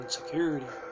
security